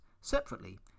Separately